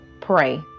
pray